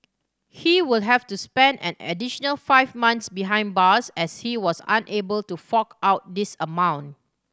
he will have to spend an additional five months behind bars as he was unable to fork out this amount